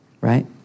right